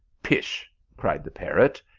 pish, cried the parrot,